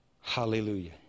Hallelujah